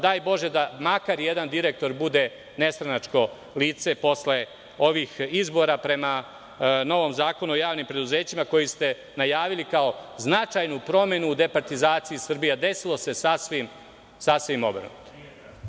Daj Bože, da makar jedan direktor bude nestranačko lice posle ovih izbora prema novom Zakonu o javnim preduzećima najavili kao značajnu promenu departizacije Srbije, a desilo se nešto obrnuto.